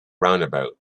roundabout